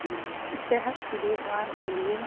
صحت کی دیکھ بھال کے لیے